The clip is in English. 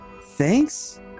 Thanks